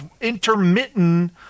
intermittent